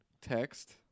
Text